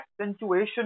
accentuation